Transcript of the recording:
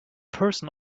person